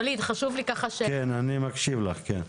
אחד,